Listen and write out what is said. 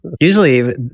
Usually